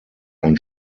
ein